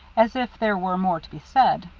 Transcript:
as if there were more to be said.